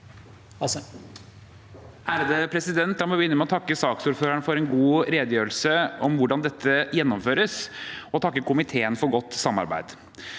La meg begynne med å takke saksordføreren for en god redegjørelse om hvordan dette gjennomføres, og takke komiteen for godt samarbeid.